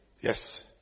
Yes